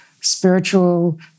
spiritual